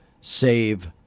save